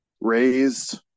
raised